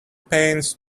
pains